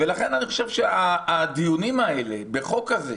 לכן אני חושב שהדיונים האלה בחוק כזה